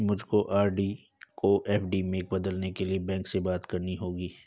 मुझको आर.डी को एफ.डी में बदलने के लिए बैंक में बात करनी होगी